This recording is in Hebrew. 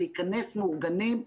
להיכנס מאורגנים,